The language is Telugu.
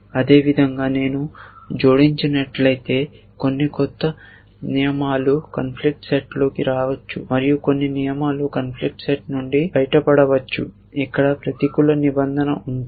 అదేవిధంగా నేను జోడించినట్లయితే కొన్ని కొత్త నియమాలు కాంఫ్లిక్ట్ సెట్లోకి రావచ్చు మరియు కొన్ని నియమాలు కాంఫ్లిక్ట్ సెట్ నుండి బయటపడవచ్చు ఇక్కడ ప్రతికూల నిబంధన ఉంటే